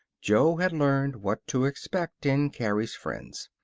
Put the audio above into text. jo had learned what to expect in carrie's friends.